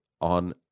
on